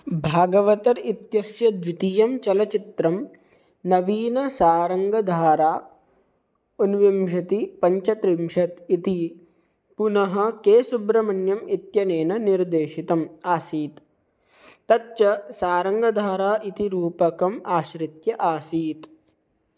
भागवतर् इत्यस्य द्वितीयं चलचित्रं नवीनसारङ्गधारा ऊनविंशतिपञ्चत्रिंशत् इति पुनः के सुब्रह्मण्यम् इत्यनेन निर्देशितम् आसीत् तच्च सारङ्गधारा इति रूपकम् आश्रित्य आसीत्